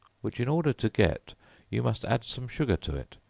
which in order to get you must add some sugar to it,